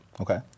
Okay